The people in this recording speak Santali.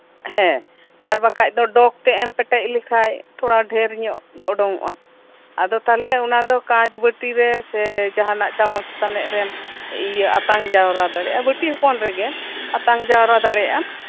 ᱦᱮᱸ ᱟᱨ ᱵᱟᱠᱷᱟᱡ ᱫᱚ ᱰᱚᱜ ᱛᱮᱜ ᱮᱢ ᱯᱮᱴᱮᱡ ᱞᱮᱠᱷᱟᱡ ᱛᱷᱚᱲᱟ ᱰᱷᱮᱨ ᱧᱚᱜ ᱚᱰᱚᱝ ᱚᱜᱼᱟ ᱟᱫᱚ ᱛᱟᱦᱞᱮ ᱚᱱᱟ ᱠᱟᱪ ᱵᱟᱹᱴᱤᱨᱮ ᱮ ᱡᱟᱸᱦᱟᱱᱟᱜ ᱪᱟᱢᱚᱪ ᱛᱟᱱᱤᱪ ᱨᱮ ᱤᱭᱟᱹᱨᱮ ᱟᱛᱟᱝ ᱡᱟᱣᱨᱟ ᱫᱟᱲᱮᱭᱟᱜᱼᱟ ᱵᱟᱹᱴᱤ ᱦᱚᱯᱚᱱ ᱨᱮᱜᱮ ᱟᱛᱟᱝ ᱡᱟᱣᱨᱟ ᱫᱟᱲᱮᱭᱟᱜᱼᱟ ᱵᱟᱹᱴᱤ ᱦᱚᱯᱚᱱ ᱨᱮ